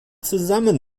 zusammen